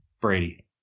Brady